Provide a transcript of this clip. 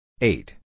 Eight